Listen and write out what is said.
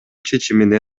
чечимине